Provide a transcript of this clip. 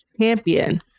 champion